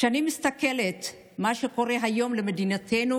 כשאני מסתכלת על מה שקורה היום במדינתנו,